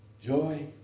joy